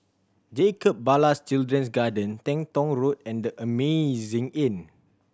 Jacob Ballas Children's Garden Teng Tong Road and The Amazing Inn